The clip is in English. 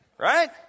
Right